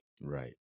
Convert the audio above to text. Right